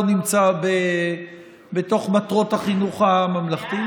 לא נמצא בתוך מטרות החינוך הממלכתי.